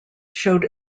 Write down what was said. showed